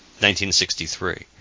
1963